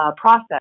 Process